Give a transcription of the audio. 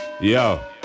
Yo